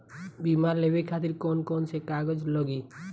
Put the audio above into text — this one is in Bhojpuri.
बीमा लेवे खातिर कौन कौन से कागज लगी?